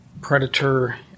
Predator